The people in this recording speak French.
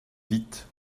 vite